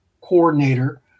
coordinator